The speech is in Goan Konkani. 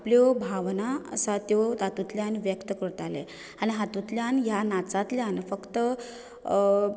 आपल्यो भावना आसात त्यो तातुंतल्यान व्यक्त करताले आनी हातुंतल्यान ह्या नाचांतल्यान फक्त